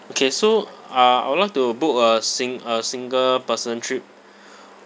okay so uh I would like to book a sing~ a single person trip